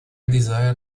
desire